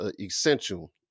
essential